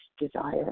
desire